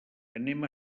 anem